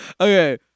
okay